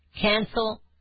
Cancel